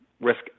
risk